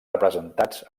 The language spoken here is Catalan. representats